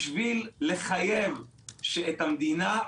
בשביל לחייב את המדינה.